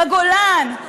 בגולן,